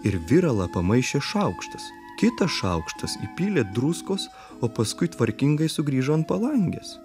ir viralą pamaišė šaukštas kitas šaukštas įpylė druskos o paskui tvarkingai sugrįžo ant palangės